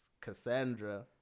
Cassandra